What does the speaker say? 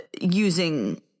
Using